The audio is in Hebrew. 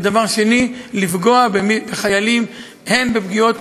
ודבר אחר לפגוע בחיילים הן בפגיעות